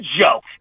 joke